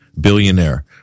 billionaire